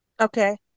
Okay